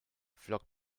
flockt